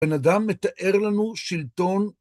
בן אדם מתאר לנו שלטון